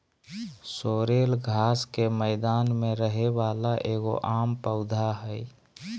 sorrel घास के मैदान में रहे वाला एगो आम पौधा हइ